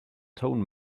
tone